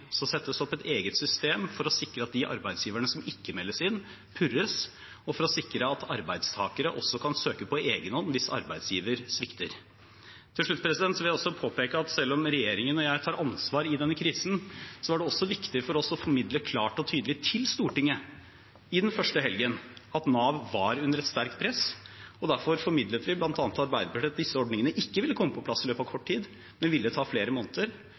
Så settes det opp et eget system for å sikre at de arbeidsgiverne som ikke melder inn, purres, og for å sikre at arbeidstakere også kan søke på egen hånd, hvis arbeidsgiver svikter. Til slutt vil jeg påpeke at selv om regjeringen og jeg tar ansvar i denne krisen, var det også viktig for oss å formidle klart og tydelig til Stortinget den første helgen at Nav var under et sterkt press. Derfor formidlet vi bl.a. til Arbeiderpartiet at disse ordningene ikke ville komme på plass i løpet av kort tid, men at det ville ta flere måneder.